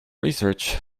research